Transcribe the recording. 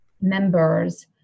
members